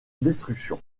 destruction